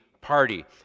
party